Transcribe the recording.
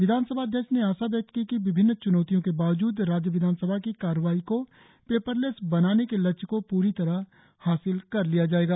विधानसभा अध्यक्ष ने आशा व्यक्त की कि विभिन्न च्नौतियों के बावजूद राज्य विधानसभा की कार्रवाही को पेपर लेस बनाने के लक्ष्य को पूरी तरह हासिल कर लिया जाएगा